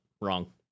Wrong